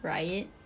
boil